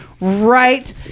right